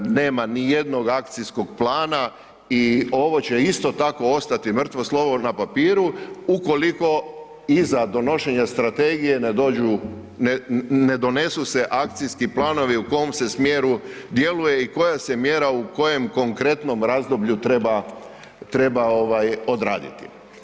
Nema nijednog akcijskog plana i ovo će isto tako ostati mrtvo slovo na papiru ukoliko iza donošenja strategije ne donesu akcijski planovi u kom se smjeru djeluje i koja se mjera u kojem konkretnom razdoblju treba odraditi.